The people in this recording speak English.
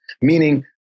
Meaning